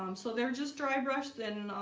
um so they're just dry brushed and